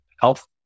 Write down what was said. health